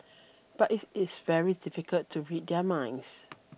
but it is very difficult to read their minds